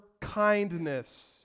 Kindness